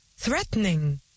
threatening